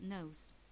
knows